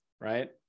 right